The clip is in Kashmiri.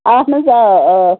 اہن حظ آ آ